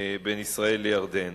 בין ישראל לירדן.